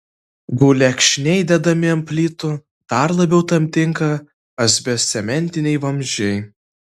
gulekšniai dedami ant plytų dar labiau tam tinka asbestcementiniai vamzdžiai